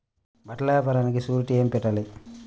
బట్టల వ్యాపారానికి షూరిటీ ఏమి పెట్టాలి?